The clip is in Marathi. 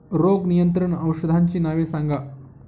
रोग नियंत्रण औषधांची नावे सांगा?